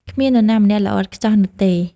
គ្មាននរណាម្នាក់ល្អឥតខ្ចោះនោះទេ។